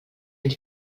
mil